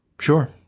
Sure